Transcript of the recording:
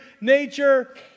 nature